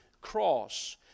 cross